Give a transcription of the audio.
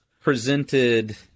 presented